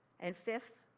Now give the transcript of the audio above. and fifth,